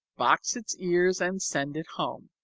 box its ears and send it home.